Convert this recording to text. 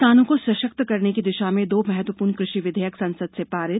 किसानों को सशक्त करने की दिशा में दो महत्वपूर्ण कृषि विधेयक संसद से पारित